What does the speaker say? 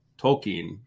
Tolkien